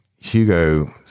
Hugo